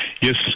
yes